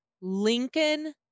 Lincoln